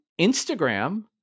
instagram